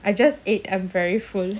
I just ate I'm very full